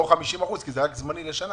או אפילו רק 50% כי זה רק זמני לשנה?